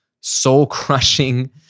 soul-crushing